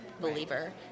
believer